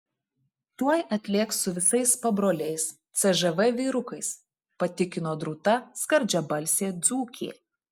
tuoj atlėks su visais pabroliais cžv vyrukais patikino drūta skardžiabalsė dzūkė